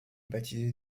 baptisé